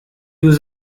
was